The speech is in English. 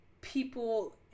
people